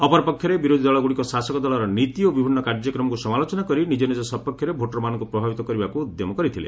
ଅପରପକ୍ଷରେ ବିରୋଧୀ ଦଳଗୁଡ଼ିକ ଶାସକ ଦଳର ନୀତି ଓ ବିଭିନ୍ନ କାର୍ଯ୍ୟକ୍ରମକୁ ସମାଲୋଚନା କରି ନିଜ ନିକ ସପକ୍ଷରେ ଭୋଟର୍ମାନଙ୍କୁ ପ୍ରଭାବିତ କରିବାକୁ ଉଦ୍ୟମ କରିଥିଲେ